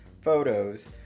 photos